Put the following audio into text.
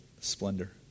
splendor